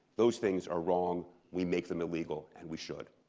those things are wrong, we make them illegal, and we should.